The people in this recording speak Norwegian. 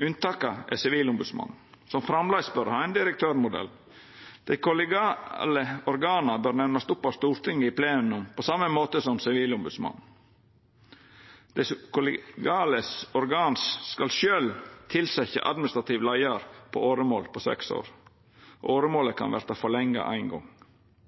Unntaket er Sivilombodsmannen, som framleis bør ha ein direktørmodell. Dei kollegiale organa bør nemnast opp av Stortinget i plenum, på same måten som Sivilombodsmannen. Dei kollegiale organa skal sjølve tilsetja administrativ leiar på åremål på seks år. Åremålet kan verta forlengja ein gong.